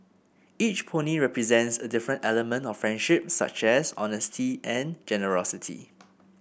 each pony represents a different element of friendship such as honesty and generosity